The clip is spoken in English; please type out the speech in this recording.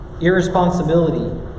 Irresponsibility